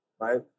right